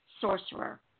sorcerer